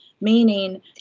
meaning